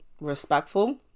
respectful